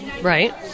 Right